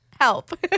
Help